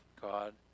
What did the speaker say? God